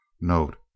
Note